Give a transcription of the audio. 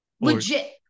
Legit